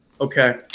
Okay